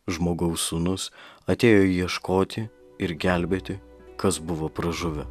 žmogaus sūnus atėjo ieškoti ir gelbėti kas buvo pražuvę